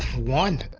won.